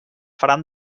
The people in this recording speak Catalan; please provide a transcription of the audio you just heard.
faran